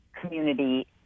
community